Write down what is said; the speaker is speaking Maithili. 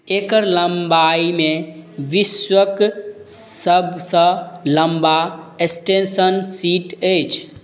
एकर लम्बाइमे विश्वक सबसँ लम्बा स्टेशन सीट अछि